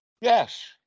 Yes